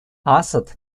асад